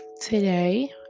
today